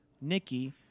Nikki